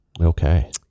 Okay